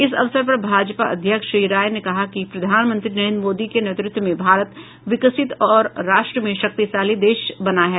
इस अवसर पर भाजपा अध्यक्ष श्री राय ने कहा कि प्रधानमंत्री नरेंद्र मोदी के नेतृत्व में भारत विकसित और राष्ट्र में शक्तिशाली देश बना है